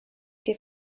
que